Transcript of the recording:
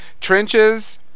trenches